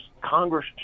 Congress